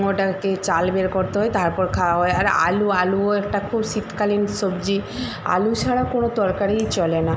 ওটাকে চাল বের করতে হয় তারপর খাওয়া হয় আর আলু আলুও একটা খুব শীতকালীন সবজি আলু ছাড়া কোনো তারকারিই চলে না